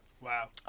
Wow